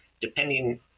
depending